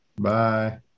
Bye